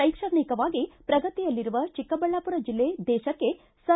ಶೈಕ್ಷಣಿಕವಾಗಿ ಪ್ರಗತಿಯಲ್ಲಿರುವ ಚಿಕ್ಕಬಳ್ಳಾಪುರ ಜಿಲ್ಲೆ ದೇಶಕ್ಕೆ ಸರ್